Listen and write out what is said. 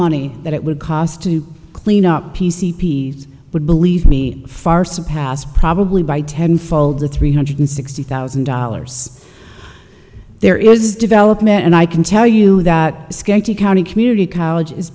money that it would cost to clean up p c p s would believe me far surpassed probably by ten fold to three hundred sixty thousand dollars there is development and i can tell you that skanky county community college is